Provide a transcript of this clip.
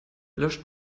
löscht